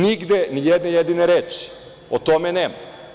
Nigde ni jedne jedine reči o tome nema.